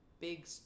big